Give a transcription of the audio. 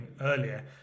earlier